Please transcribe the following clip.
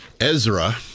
Ezra